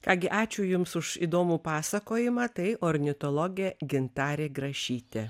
ką gi ačiū jums už įdomų pasakojimą tai ornitologė gintarė grašytė